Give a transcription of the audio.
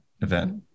event